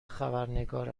خبرنگار